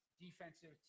defensive